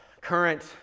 current